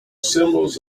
symbols